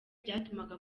byatumaga